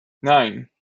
nine